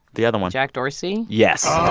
the other one jack dorsey yes oh